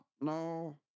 no